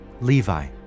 Levi